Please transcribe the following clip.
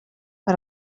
per